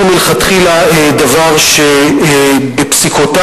שהוא מלכתחילה דבר שבפסיקותיו,